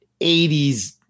80s